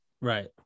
Right